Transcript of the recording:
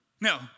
No